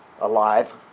alive